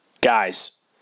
Guys